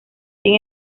sin